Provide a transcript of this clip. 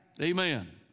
amen